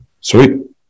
sweet